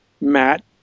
Matt